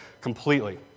completely